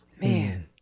Man